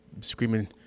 screaming